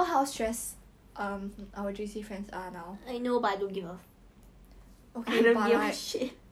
then you know that day that day I go out with venus right then after that I was taking photo for her then the boyfriend notification come